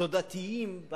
תודעתיים,